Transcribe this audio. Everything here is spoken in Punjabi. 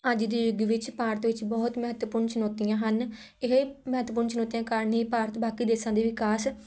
ਅੱਜ ਦੇ ਯੁੱਗ ਵਿੱਚ ਭਾਰਤ ਵਿੱਚ ਬਹੁਤ ਮਹੱਤਵਪੂਰਨ ਚੁਣੌਤੀਆਂ ਹਨ ਇਹ ਮਹੱਤਵਪੂਰਨ ਚੁਣੌਤੀਆਂ ਕਾਰਨ ਹੀ ਭਾਰਤ ਬਾਕੀ ਦੇਸ਼ਾਂ ਦੇ ਵਿਕਾਸ